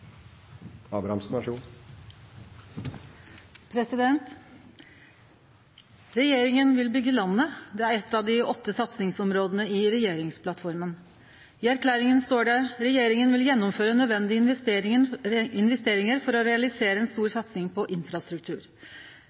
pengene utbetalt. Regjeringa vil byggje landet. Dette er eit av dei åtte satsingsområda i regjeringsplattforma. I erklæringa står det: «Regjeringen vil gjennomføre nødvendige investeringer for å realisere en stor satsing på infrastruktur.»